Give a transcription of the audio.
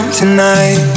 tonight